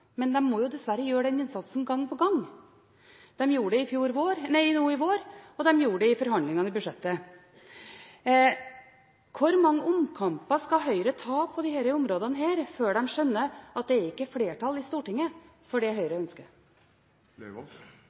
men de må dessverre gjøre den innsatsen gang på gang. De gjorde det nå i vår, og de gjorde det i forhandlingene om budsjettet. Hvor mange omkamper skal Høyre ta på disse områdene før de skjønner at det ikke er flertall i Stortinget for det Høyre